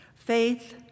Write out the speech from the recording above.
Faith